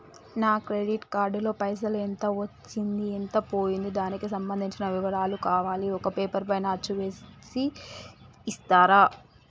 నా credit card లో పైసలు ఎంత వచ్చింది ఎంత పోయింది దానికి సంబంధించిన వివరాలు కావాలి ఒక పేపర్ పైన అచ్చు చేసి ఇస్తరా?